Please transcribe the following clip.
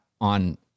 on